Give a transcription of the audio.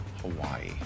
Hawaii